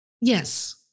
Yes